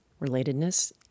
relatedness